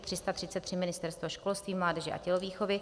333 Ministerstvo školství, mládeže a tělovýchovy